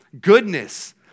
goodness